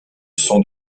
son